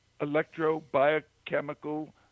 electro-biochemical